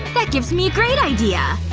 that gives me a great idea!